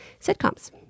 sitcoms